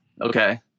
Okay